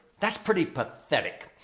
that's pretty pathetic.